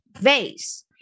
vase